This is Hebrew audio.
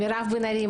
מירב בן ארי,